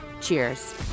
Cheers